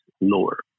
lower